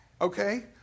okay